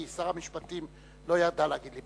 כי שר המשפטים לא ידע להגיד לי,